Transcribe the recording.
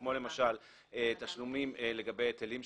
כמו למשל תשלומים לגבי היטלים שונים.